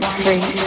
three